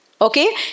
Okay